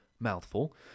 mouthful